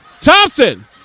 Thompson